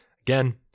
Again